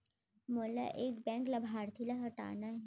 मोला एक बैंक लाभार्थी ल हटाना हे?